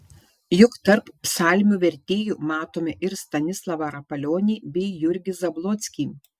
juk tarp psalmių vertėjų matome ir stanislavą rapalionį bei jurgį zablockį